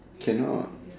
cannot